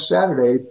Saturday